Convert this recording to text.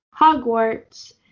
Hogwarts